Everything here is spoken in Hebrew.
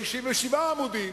67 עמודים,